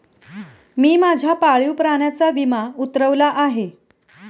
मी माझ्या पाळीव प्राण्याचा विमा उतरवला आहे